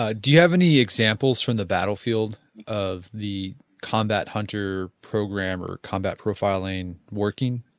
ah do you have any examples from the battle field of the combat hunter program or combat profiling working?